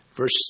Verse